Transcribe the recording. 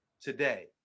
today